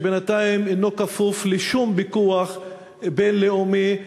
שבינתיים אינו כפוף לשום פיקוח בין-לאומי,